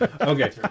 Okay